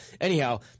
anyhow